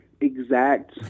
exact